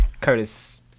Curtis